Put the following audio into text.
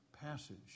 passage